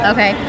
Okay